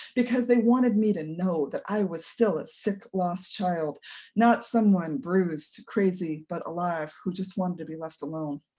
because they wanted me know that i was still a sick, lost child not someone bruised, crazy but alive, who just wanted to be left alone.